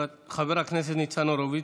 חבר הכנסת ניצן הורוביץ,